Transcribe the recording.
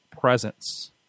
presence